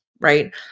Right